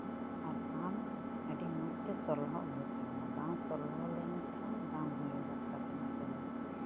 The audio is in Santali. ᱟᱨ ᱟᱢ ᱟᱹᱰᱤ ᱢᱚᱡᱽ ᱛᱮ ᱥᱚᱞᱦᱚᱜ ᱦᱩᱭᱩᱜ ᱛᱟᱵᱮᱱᱟ ᱵᱟᱝ ᱥᱚᱞᱦᱚ ᱞᱮᱱ ᱠᱷᱟᱱ ᱵᱟᱝ ᱦᱩᱭᱩᱜᱚᱜ ᱛᱟᱵᱮᱱᱟ ᱠᱟᱹᱢᱤ